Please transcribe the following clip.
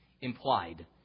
implied